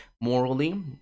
Morally